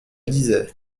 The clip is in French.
lisait